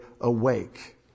awake